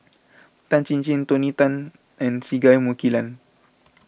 Tan Chin Chin Tony Tan and Singai Mukilan